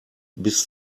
bis